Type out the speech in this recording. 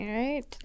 right